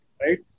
right